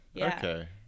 okay